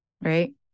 right